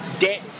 Debt